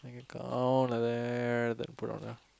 you count like that then put down there